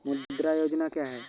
मुद्रा योजना क्या है?